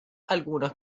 algunos